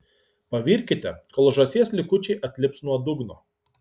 pavirkite kol žąsies likučiai atlips nuo dugno